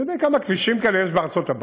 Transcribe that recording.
אתם יודעים כמה כבישים כאלה יש בארצות-הברית